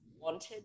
wanted